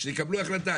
שיקבלו החלטה.